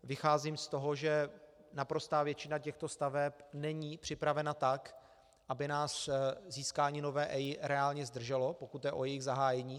Vycházím z toho, že naprostá většina těchto staveb není připravena tak, aby nás získání nové EIA reálně zdrželo, pokud jde o jejich zahájení.